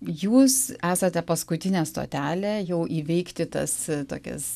jūs esate paskutinė stotelė jau įveikti tas tokias